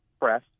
press